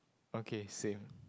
okay same